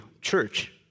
church